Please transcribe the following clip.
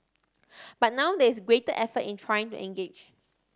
but now there is greater effort in trying to engage